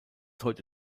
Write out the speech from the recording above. heute